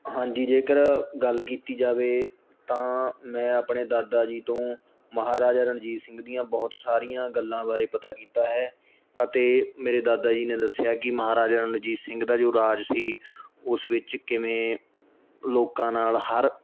ਹਾਂਜੀ ਜੇਕਰ ਗੱਲ ਕੀਤੀ ਜਾਵੇ ਤਾਂ ਮੈਂ ਆਪਣੇ ਦਾਦਾ ਜੀ ਤੋਂ ਮਹਾਰਾਜਾ ਰਣਜੀਤ ਸਿੰਘ ਦੀਆਂ ਬਹੁਤ ਸਾਰੀਆਂ ਗੱਲਾਂ ਬਾਰੇ ਪਤਾ ਕੀਤਾ ਹੈ ਅਤੇ ਮੇਰੇ ਦਾਦਾ ਜੀ ਨੇ ਦੱਸਿਆ ਕਿ ਮਹਾਰਾਜਾ ਰਣਜੀਤ ਸਿੰਘ ਦਾ ਜੋ ਰਾਜ ਸੀ ਉਸ ਵਿੱਚ ਕਿਵੇਂ ਲੋਕਾਂ ਨਾਲ ਹਰ